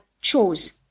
chose